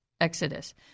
Exodus